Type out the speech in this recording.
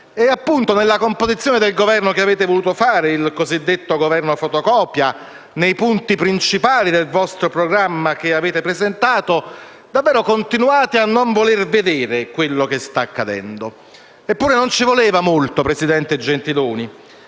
nella composizione del Governo che avete voluto formare, il cosiddetto Governo fotocopia, e nei punti principali del programma che avete presentato davvero continuate a non voler vedere quello che sta accadendo. Eppure non ci voleva molto, presidente Gentiloni.